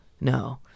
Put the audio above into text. no